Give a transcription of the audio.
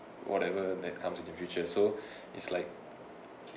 whatever that comes in your future so it's like